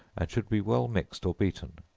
and should be well mixed or beaten.